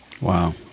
Wow